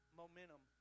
momentum